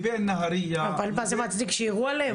אז זה מצדיק שירו עליהם?